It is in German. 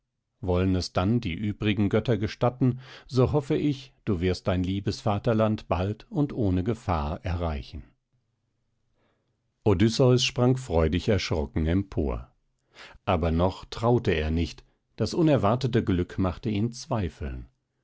wollen es dann die übrigen götter gestatten so hoffe ich du wirst dein liebes vaterland bald und ohne gefahr erreichen odysseus sprang freudig erschrocken empor aber noch traute er nicht das unerwartete glück machte ihn zweifeln